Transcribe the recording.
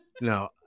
No